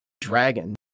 dragon